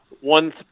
one